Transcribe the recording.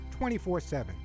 24-7